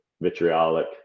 vitriolic